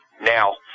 Now